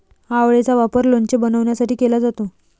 आवळेचा वापर लोणचे बनवण्यासाठी केला जातो